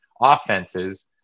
offenses